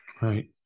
Right